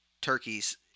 turkeys